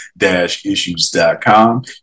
issues.com